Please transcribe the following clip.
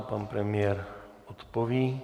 Pan premiér odpoví.